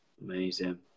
Amazing